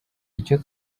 icyo